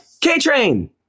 K-Train